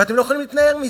ואתם לא יכולים להתנער מזה.